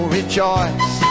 rejoice